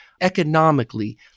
economically